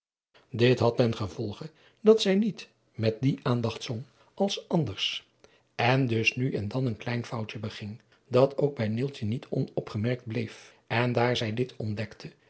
dit had ten gevolge dat zij niet met die aandacht zong als anders en dus nu en dan een klein foutje beging dat ook bij neeltje niet onopgemerkt bleef en daar zij dit ontdekte